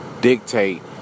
Dictate